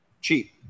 cheap